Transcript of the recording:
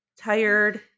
Tired